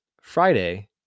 Friday